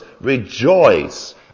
rejoice